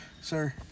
sir